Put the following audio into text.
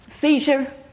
seizure